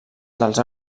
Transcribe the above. dels